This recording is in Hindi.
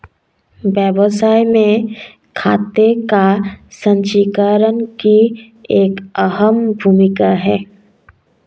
व्यवसाय में खाते का संचीकरण की एक अहम भूमिका है